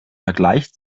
vergleich